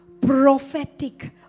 Prophetic